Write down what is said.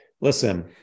Listen